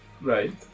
Right